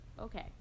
okay